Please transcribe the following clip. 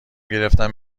گرفتم